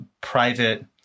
private